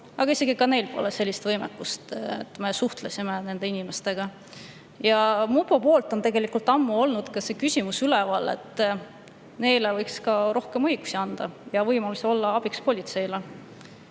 aga isegi neil pole sellist võimekust – me suhtlesime nende inimestega. Ja mupo poolt on tegelikult ammu olnud üleval küsimus, et neile võiks anda rohkem õigusi ja võimaluse olla politseile